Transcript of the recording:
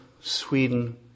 Sweden